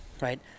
right